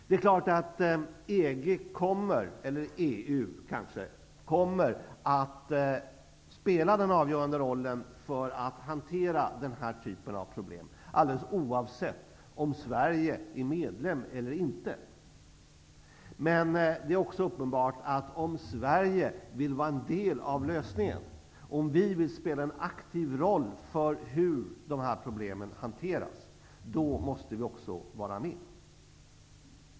Det är klart att EG, eller kanske EU, kommer att spela den avgörande rollen för att hantera den här typen av problem, alldeles oavsett om Sverige är medlem eller inte. Men det är också uppenbart att om Sverige vill delta i deras lösning och vill spela en aktiv roll vid hanteringen av de här problemen, måste vi vara med.